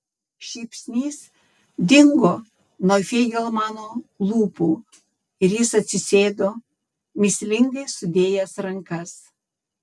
šypsnys dingo nuo feigelmano lūpų ir jis atsisėdo mįslingai sudėjęs rankas